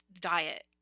diet